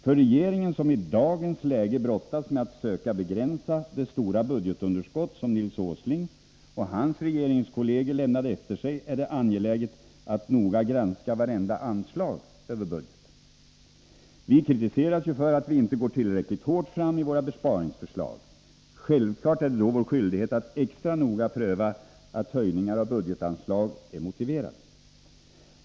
För regeringen, som i dagens läge brottas med att söka begränsa det stora budgetunderskott som Nils Åsling och hans regeringskollegor lämnade efter sig, är det angeläget att noga granska vartenda anslag över budgeten. Vi kritiseras ju för att vi inte går tillräckligt hårt fram i våra besparingsförslag. Självfallet är det då vår skyldighet att extra noga pröva att höjningar av budgetanslag är motiverade.